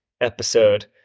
episode